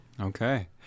Okay